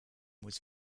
was